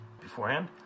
beforehand